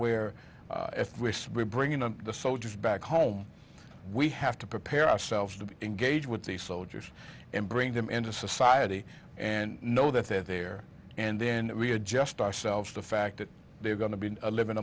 area of where if we're bringing in the soldiers back home we have to prepare ourselves to engage with the soldiers and bring them into society and know that they're there and then we adjust ourselves the fact that they are going to be living